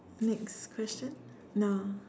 next question nah